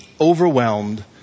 overwhelmed